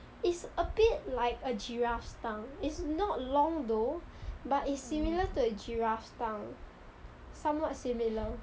it's a bit like a giraffe's tongue it's not long though but it's similar to a giraffe's tongue somewhat similar